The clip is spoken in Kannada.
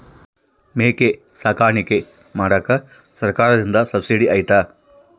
ಮೇಕೆ ಸಾಕಾಣಿಕೆ ಮಾಡಾಕ ಸರ್ಕಾರದಿಂದ ಸಬ್ಸಿಡಿ ಐತಾ?